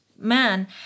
Man